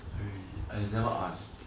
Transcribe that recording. eh I never ask